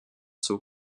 zog